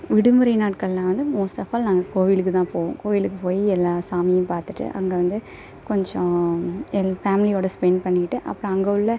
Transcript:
விடுமுறை நாட்களில் வந்து மோஸ்ட் ஆஃப் ஆல் நாங்கள் கோவிலுக்கு தான் போவோம் கோயிலுக்கு போய் எல்லா சாமியும் பார்த்துட்டு அங்கே வந்து கொஞ்சம் எல்லா ஃபேமிலியோடு ஸ்பெண்ட் பண்ணிவிட்டு அப்புறம் அங்கே உள்ள